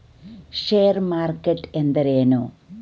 ಷೇರು ಮಾರುಕಟ್ಟೆ ಎಂದರೇನು?